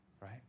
right